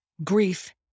grief